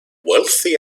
wealthy